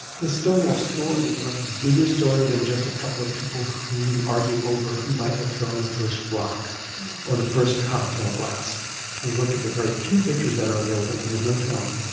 the stonewall story is a much bigger story than just a couple of people who we argue over who might have thrown the first rock or the first cocktail glass we look at the very few pictures that are available and there's no film,